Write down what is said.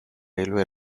railway